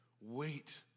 Wait